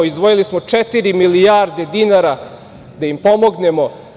Izdvojili smo četiri milijarde dinara da im pomognemo.